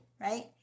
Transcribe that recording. right